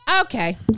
Okay